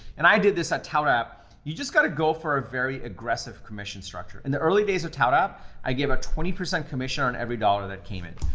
and i did this at toutapp. you just gotta go for a very aggressive commission structure. in the early days of toutapp, i gave a twenty percent commission on every dollar that came in.